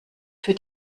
für